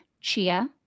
chia